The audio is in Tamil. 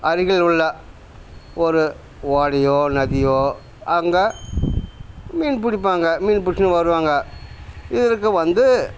அருகிலுள்ள ஒரு ஓடையோ நதியோ அங்கே மீன் பிடிப்பாங்க மீன் பிடிச்சின்னு வருவாங்கள் இதற்கு வந்து